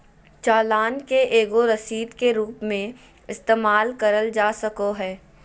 चालान के एगो रसीद के रूप मे इस्तेमाल करल जा सको हय